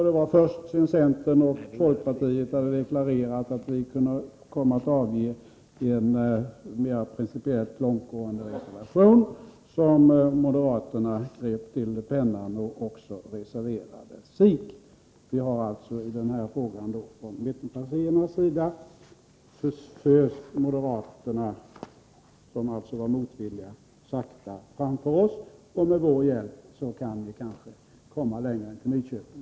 Det var först sedan centern och folkpartiet hade deklararerat att vi skulle komma att avge en principiellt mera långtgående reservation som moderaterna grep till pennan och också reserverade sig. Vi har alltså i den här frågan från mittenpartiernas sida föst moderaterna, som var motvilliga, sakta framför oss. Med vår hjälp kan ni kanske komma längre än till Nyköping.